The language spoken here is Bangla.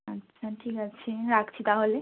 আচ্ছা ঠিক আছে রাখছি তাহলে